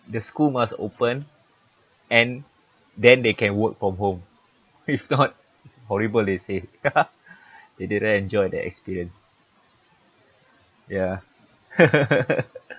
the school must open and then they can work from home if not horrible they say they didn't enjoy the experience ya